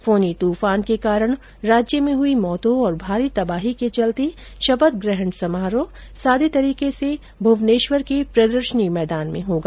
फोनी तूफान के कारण राज्य में हुई मौतों और भारी तबाही के चलते शपथ ग्रहण समारोह सादे तरीके से भुवनेश्वर के प्रदर्शनी मैदान में होगा